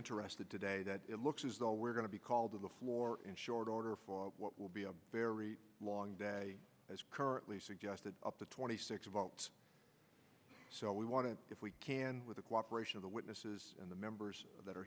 interested today that it looks as though we're going to be called to the floor in short order for what will be a very long day as currently suggested up to twenty six votes so we want to if we can with the cooperation of the witnesses and the members that